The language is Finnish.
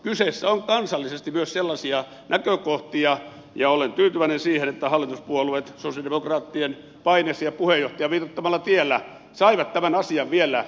kyseessä on myös sellaisia kansallisia näkökohtia ja olen tyytyväinen siihen että hallituspuolueet sosialidemokraattien paineessa ja puheenjohtajan viitoittamalla tiellä saivat tämän asian vielä katsottavaksi